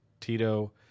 Tito